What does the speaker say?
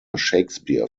shakespeare